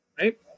right